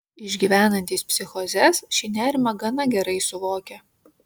išgyvenantys psichozes šį nerimą gana gerai suvokia